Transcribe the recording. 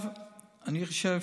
אני חושב